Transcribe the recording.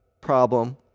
problem